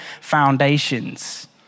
foundations